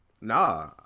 Nah